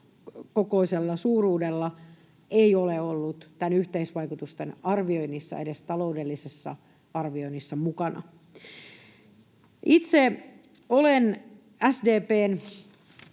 kokoisella suuruudella, ei ole ollut mukana yhteisvaikutusten arvioinnissa, edes taloudellisessa arvioinnissa. Itse olen SDP:n